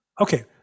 Okay